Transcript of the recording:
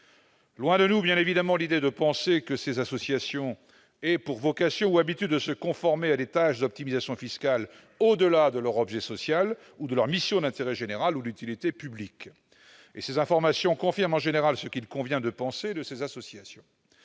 Loin de nous l'idée de penser que ces associations ont pour vocation ou habitude de se conformer à des tâches d'optimisation fiscale au-delà de leur objet social ou de leur mission d'intérêt général ou d'utilité publique. Ces informations confirment en général ce qu'il convient de penser de ces associations.